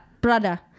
brother